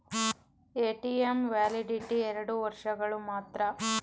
ATM validity ಎರಡು ವರ್ಷಗಳು ಮಾತ್ರ